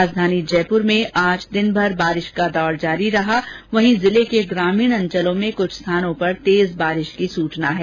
राजधानी जयपुर में भी आज दिनभर बारिश का दौर जारी रहा वहीं जिले के ग्रामीण अंचलों में कुछ स्थानों पर तेज वर्षा होने की सूचना मिली है